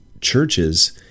Churches